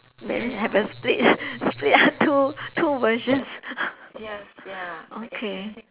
that means have a split split two two versions okay